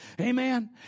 Amen